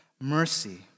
mercy